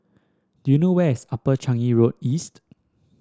do you know where is Upper Changi Road East